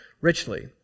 richly